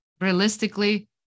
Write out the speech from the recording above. realistically